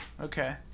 Okay